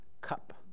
cup